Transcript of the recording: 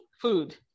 food